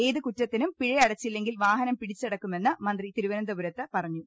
ഏതുകുറ്റത്തിനും പിഴയടച്ചില്ലെങ്കിൽ വാഹനം പിടിച്ചെടുക്കുമെന്ന് മന്ത്രി തിരുവനന്തപുരത്ത് പറഞ്ഞു